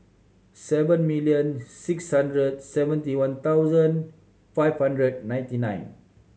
seven million six hundred seventy one thousand five hundred ninety nine